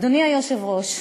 אדוני היושב-ראש,